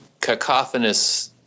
cacophonous